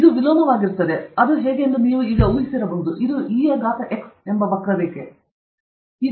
ಆದ್ದರಿಂದ ಇದು ವಿಲೋಮವಾಗಿರುತ್ತದೆ ಅದು ಹೇಗೆ ಎಂದು ಚೆನ್ನಾಗಿ ಊಹಿಸಬಹುದು ಇದು ex ವಕ್ರರೇಖೆ